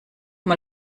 mal